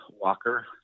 Walker